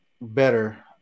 better